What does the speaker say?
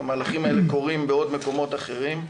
את המהלכים האלה, קורים בעוד מקומות אחרים.